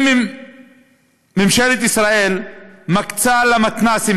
אם ממשלת ישראל מקצה למתנ"סים,